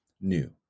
new